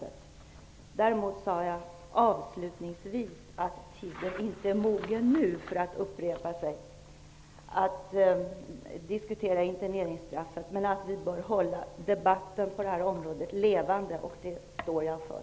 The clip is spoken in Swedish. För att upprepa mig sade jag däremot avslutningsvis att tiden inte nu är mogen för att diskutera interneringsstraffet, men att debatten på det här området bör hållas levande. Detta står jag för.